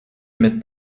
mit